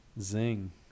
Zing